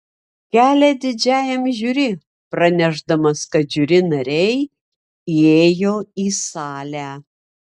kelią didžiajam žiuri pranešdamas kad žiuri nariai įėjo į salę